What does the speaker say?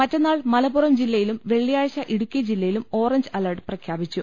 മറ്റന്നാൾ മലപ്പുറം ജില്ലയിലും വെളളിയാഴ്ച ഇടുക്കി ജില്ല യിലും ഓറഞ്ച് അലർട്ട് പ്രഖ്യാപ്പിച്ചു